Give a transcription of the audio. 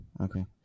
okay